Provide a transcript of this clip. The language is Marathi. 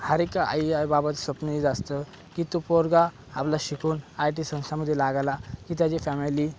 हर एक आईबाबाचं स्वप्न हेच असतं की तो पोरगा आपला शिकून आयटी संस्थामध्ये लागायला की त्याची फॅमिली